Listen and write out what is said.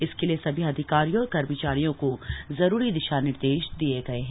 इसके लिए सभी अधिकारियों और कर्मचारियों को जरूरी निर्देश दिये गए हैं